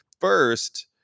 First